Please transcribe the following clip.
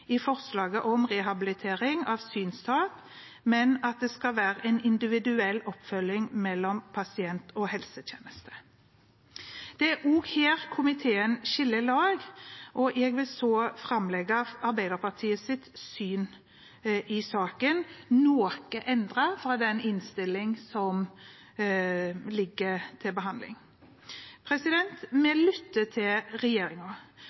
i forslaget om rehabilitering av synstap, men at det skal være en individuell oppfølging mellom pasient og helsetjeneste. Det er også her komiteen skiller lag, og jeg vil framlegge Arbeiderpartiets syn i saken, som er noe endret fra den innstillingen som foreligger til behandling.